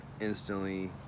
instantly